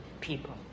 People